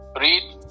read